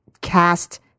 cast